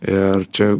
ir čia